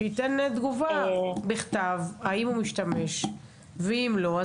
שייתן תגובה בכתב האם הוא משתמש ואם לא,